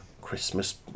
Christmas